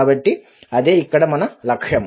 కాబట్టి అదే ఇక్కడ మన లక్ష్యం